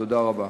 תודה רבה.